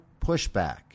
pushback